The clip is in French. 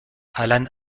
alan